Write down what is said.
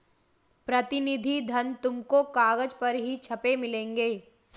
प्रतिनिधि धन तुमको कागज पर ही छपे मिलेंगे